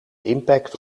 impact